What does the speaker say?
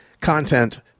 content